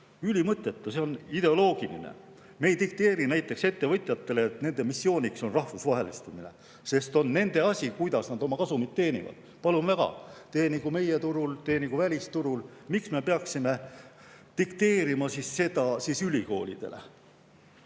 Ülimõttetu! See on ideoloogiline. Me ei dikteeri näiteks ettevõtjatele, et nende missiooniks on rahvusvahelistumine, sest on nende asi, kuidas nad oma kasumit teenivad. Palun väga, teenigu meie turul, teenigu välisturul! Miks me peaksime dikteerima siis seda ülikoolidele,